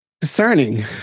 discerning